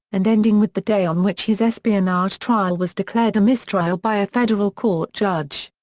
and ending with the day on which his espionage trial was declared a mistrial by a federal court judge.